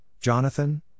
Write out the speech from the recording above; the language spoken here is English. Jonathan